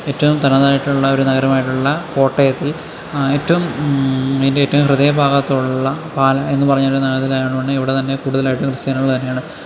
ഏറ്റവും തനതായിട്ടുള്ള ഒരു നഗരമായിട്ടുള്ള കോട്ടയത്തിൽ ഏറ്റവും ഇതിൻ്റെ ഏറ്റവും ഹൃദയ ഭാഗത്തുള്ള പാലാ എന്നു പറഞ്ഞൊരു നഗര ഇവിടെത്തന്നെ കൂടുതലായിട്ട് ക്രിസ്ത്യാനികള് തന്നെയാണ്